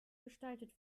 gestaltet